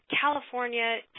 California